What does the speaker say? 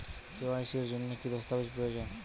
KYC এর জন্যে কি কি দস্তাবেজ প্রয়োজন?